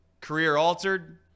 career-altered